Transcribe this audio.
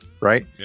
Right